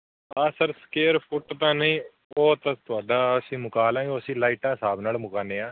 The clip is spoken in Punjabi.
ਹਾਂ ਸਰ ਸਕੇਰ ਫੁੱਟ ਤਾਂ ਨਹੀਂ ਉਹ ਤਾਂ ਤੁਹਾਡਾ ਅਸੀਂ ਮੰਗਾ ਲਵਾਂਗੇ ਅਸੀਂ ਲਾਈਟਾਂ ਹਿਸਾਬ ਨਾਲ ਮੰਗਾਉਂਦੇ ਹਾਂ